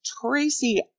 Tracy